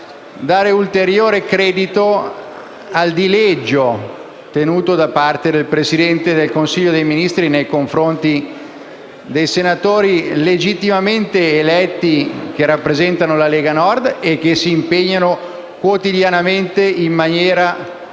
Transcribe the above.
dare ulteriore credito al dileggio tenuto da parte del Presidente del Consiglio dei ministri nei confronti dei senatori, legittimamente eletti, che rappresentano la Lega Nord e che si impegnano quotidianamente in maniera corretta